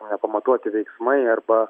nepamatuoti veiksmai arba